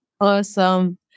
Awesome